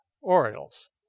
Orioles